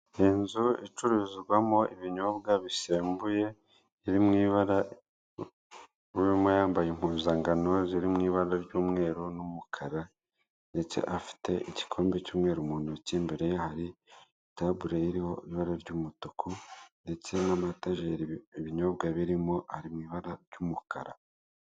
Akazu gacururizwamo gatangirwamo serivise z'itumanaho kari mu ibara ry'umutuku ikirangantego cya eyeteri ndetse ahatangirwa serivise z'itumanaho.